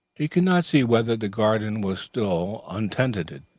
he could not see whether the garden was still untenanted,